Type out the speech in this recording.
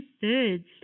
thirds